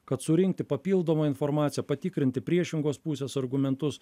kad surinkti papildomą informaciją patikrinti priešingos pusės argumentus